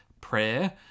prayer